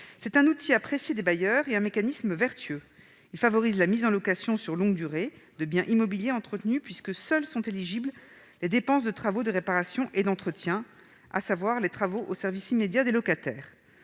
C'est un outil apprécié des bailleurs et un mécanisme vertueux. Il favorise la mise en location sur longue durée de biens immobiliers entretenus, puisque seules sont éligibles les dépenses liées à des travaux de réparation et d'entretien, c'est-à-dire des travaux au service immédiat des locataires.